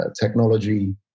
technology